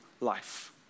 life